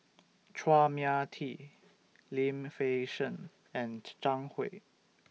Chua Mia Tee Lim Fei Shen and Zhang Hui